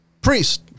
Priest